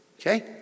okay